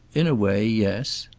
in a way, yes.